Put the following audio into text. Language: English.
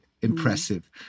impressive